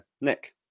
Nick